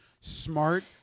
smart